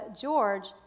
George